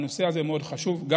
הנושא הזה חשוב מאוד.